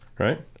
Right